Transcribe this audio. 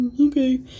okay